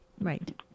Right